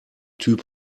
typ